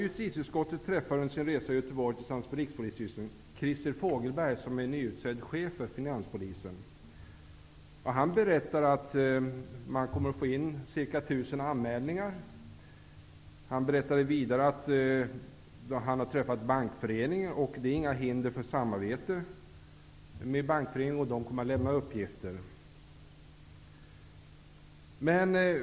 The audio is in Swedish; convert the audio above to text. Justitieutskottet träffade under sin resa i Göteborg tillsammans med Rikspolisstyrelsen Christer Fogelberg som är nyutnämnd chef för finanspolisen. Han berättade att man kommer att få in cirka tusen anmälningar. Han berättade vidare att han har träffat Bankföreningen och att det inte föreligger några hinder för samarbete och att man kommer att lämna uppgifter.